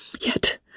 Yet